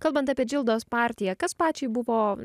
kalbant apie džildos partiją kas pačiai buvo